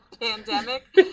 pandemic